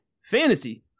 Fantasy